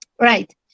Right